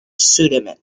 pseudonym